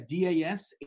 DAS